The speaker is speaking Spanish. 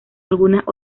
algunas